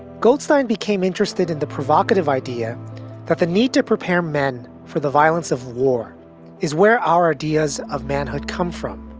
goldstein became interested in the provocative idea that the need to prepare men for the violence of war is where our ideas of manhood come from.